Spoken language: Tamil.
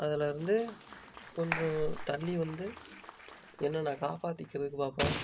அதில் இருந்து கொஞ்சம் தள்ளி வந்து என்ன நான் காப்பாற்றிக்கிறதுக்கு பார்ப்பேன்